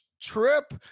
trip